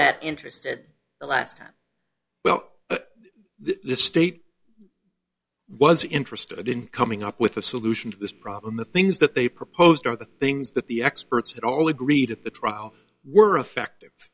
that interested last time well the state was interested in coming up with a solution to this problem the things that they proposed are the things that the experts at all agreed at the trial were effective